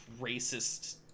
racist